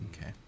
Okay